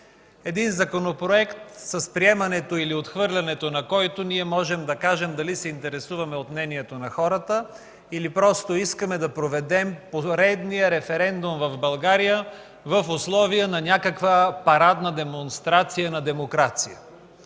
Един законопроект с приемането или отхвърлянето на който ние можем да кажем дали се интересуваме от мнението на хората, или просто искаме да проведем поредния референдум в България в условия на някаква парадна демонстрация на демокрацията.